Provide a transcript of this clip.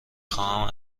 خواهم